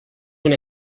una